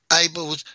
able